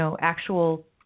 actual